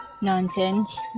nonsense